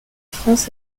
france